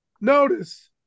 Notice